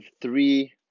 three